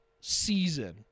season